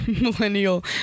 millennial